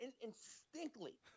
Instinctively